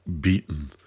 beaten